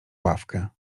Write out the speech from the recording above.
ławkę